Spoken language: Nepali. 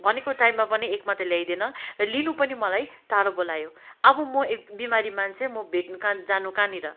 भनेको टाइममा पनि एकमा त ल्याइदिएन र लिनु पनि मलाई टाढो बोलायो अब म बिमारी मान्छे म भेट्नु काँ जानु कहाँनिर